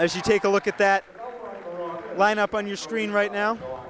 if you take a look at that line up on your screen right now